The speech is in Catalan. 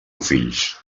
fills